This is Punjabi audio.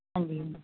ਹਾਂਜੀ ਹਾਂਜੀ